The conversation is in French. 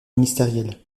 ministérielle